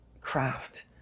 craft